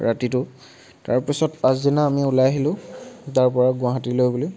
ৰাতিটো তাৰপিছত পাছদিনা আমি ওলাই আহিলোঁ তাৰপৰা গুৱাহাটীলৈ বুলি